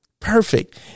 Perfect